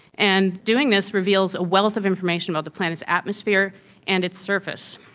and doing this reveals a wealth of information about the planet's atmosphere and its surface.